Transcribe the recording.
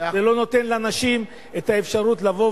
זה לא נותן לאנשים את האפשרות לבוא